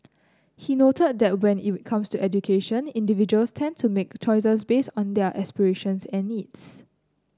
he noted that when it comes to education individuals tend to make choices based on their aspirations and needs